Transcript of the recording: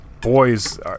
boys